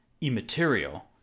immaterial